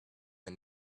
and